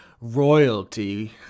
Royalty